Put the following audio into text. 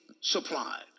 supplied